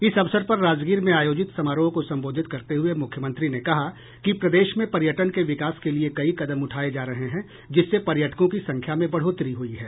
इस अवसर पर राजगीर में आयोजित समारोह को संबोधित करते हुए मुख्यमंत्री ने कहा कि प्रदेश में पर्यटन के विकास के लिये कई कदम उठाये जा रहे हैं जिससे पर्यटकों की संख्या में बढ़ोतरी हुई है